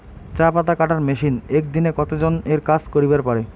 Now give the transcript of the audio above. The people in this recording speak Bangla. চা পাতা কাটার মেশিন এক দিনে কতজন এর কাজ করিবার পারে?